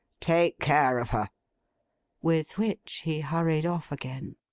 take care of her with which, he hurried off again.